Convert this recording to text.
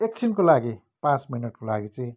एकछिनको लागि पाँच मिनटको लागि चाहिँ